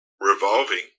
revolving